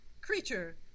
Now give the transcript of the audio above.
creature